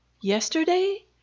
yesterday